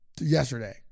yesterday